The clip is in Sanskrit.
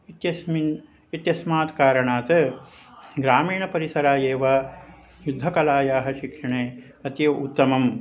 इत्यस्मिन् इत्यस्मात् कारणात् ग्रामीणपरिसराः एव युद्धकलायाः शिक्षणे अति उत्तमं